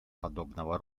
подобного